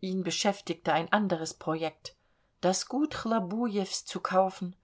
ihn beschäftigte ein anderes projekt das gut chlobujews zu kaufen